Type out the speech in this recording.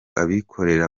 abikorera